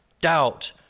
doubt